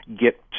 get